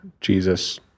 jesus